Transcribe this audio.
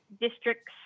districts